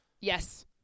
Yes